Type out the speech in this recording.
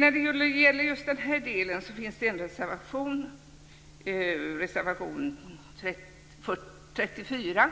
När det gäller just den här delen finns det en reservation - reservation 34.